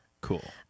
Cool